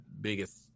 biggest